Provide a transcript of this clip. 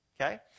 okay